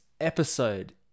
episode